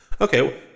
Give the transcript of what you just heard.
okay